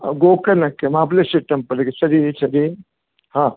ಗೋಕರ್ಣಕ್ಕೆ ಮಾಬಲೇಶ್ವರ ಟೆಂಪಲ್ಲಿಗೆ ಸರಿ ಸರಿ ಹಾಂ